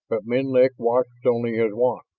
but menlik watched only his wand.